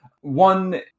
One